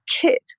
kit